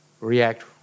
react